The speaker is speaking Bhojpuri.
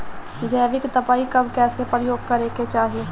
जैविक दवाई कब कैसे प्रयोग करे के चाही?